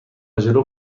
جلو